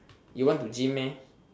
you want to gym meh